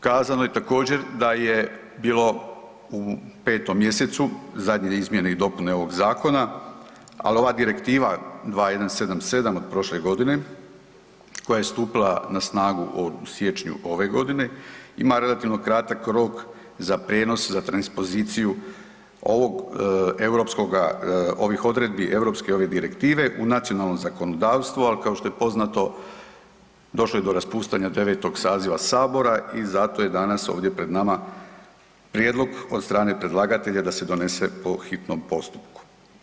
Kazano je također da je bilo u 5. mjesecu zadnje izmjene i dopune ovog zakona, ali ova Direktiva 2117 od prošle godine koja je stupila na snagu u siječnju ove godine ima relativno kratak rok za prijenos za transpoziciju ovog europskoga ovih odredbi europske ove direktive u nacionalnom zakonodavstvu ali kao što je poznato došlo je do raspuštanja 9. saziva sabora i zato je danas ovdje pred nama prijedlog od strane predlagatelja da se donese po hitnom postupku.